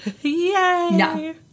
yay